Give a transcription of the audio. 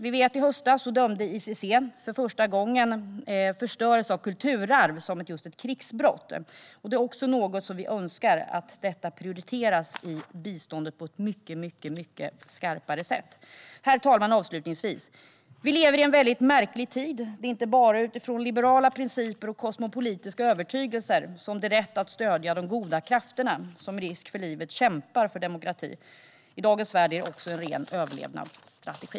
Vi vet att ICC i höstas för första gången dömde förstörelse av kulturarv som ett krigsbrott. Vi önskar att detta prioriteras i biståndet på ett mycket skarpare sätt. Avslutningsvis, herr talman, lever vi i en märklig tid. Det är inte bara utifrån liberala principer och kosmopolitiska övertygelser som det är rätt att stödja de goda krafter som med risk för livet kämpar för demokrati. I dagens värld är det en ren överlevnadsstrategi.